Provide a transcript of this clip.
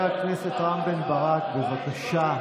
השר חמד עמאר,